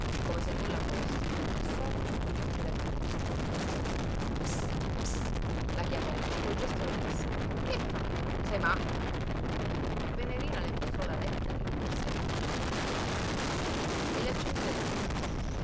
come se nulla fosse assorta e con gli occhi lagrimosi ps ps la chiamò e col gesto le disse che fai sei matta venerina le mostrò la lettera e la borsetta che teneva ancora in mano e le accennò d'entrare